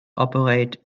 operate